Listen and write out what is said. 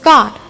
God